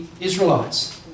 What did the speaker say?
Israelites